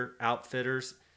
outfitters